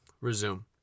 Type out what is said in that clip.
resume